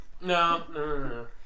no